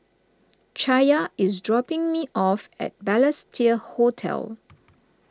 Chaya is dropping me off at Balestier Hotel